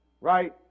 right